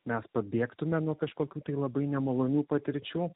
mes pabėgtume nuo kažkokių tai labai nemalonių patirčių